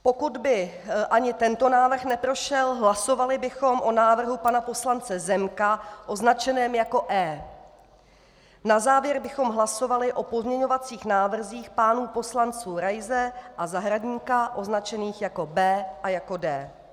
Pokud by ani tento návrh neprošel, hlasovali bychom o návrhu pana poslance Zemka označeném jako E. Na závěr bychom hlasovali o pozměňovacích návrzích pánů poslanců Raise a Zahradníka označených jako B a jako D.